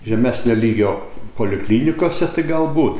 žemesnio lygio poliklinikose tai galbūt